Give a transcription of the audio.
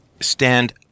stand